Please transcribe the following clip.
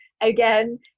again